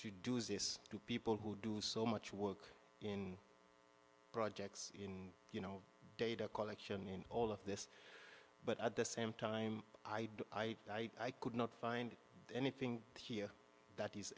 to do this to people who do so much work in projects in you know data collection in all of this but at the same time i do i could not find anything here that these